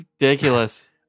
ridiculous